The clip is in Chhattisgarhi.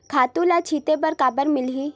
खातु ल छिंचे बर काबर मिलही?